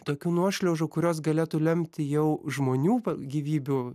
tokių nuošliaužų kurios galėtų lemti jau žmonių gyvybių